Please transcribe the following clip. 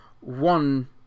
one